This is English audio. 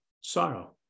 sorrow